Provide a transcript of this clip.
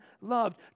loved